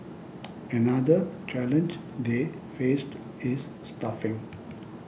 another challenge they faced is staffing